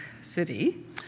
City